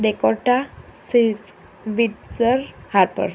Dakota સિસ વિલ્સર Harper